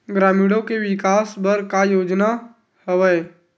ग्रामीणों के विकास बर का योजना हवय?